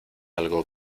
algo